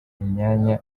imyanya